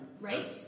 Right